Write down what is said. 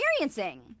experiencing